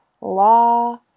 law